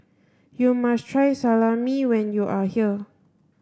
you must try Salami when you are here